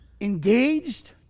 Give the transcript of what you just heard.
engaged